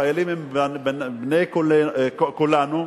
החיילים הם בני כולנו,